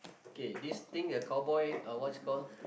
okay this thing a cowboy uh what's it called